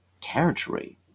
territory